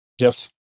Yes